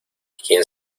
quién